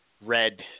red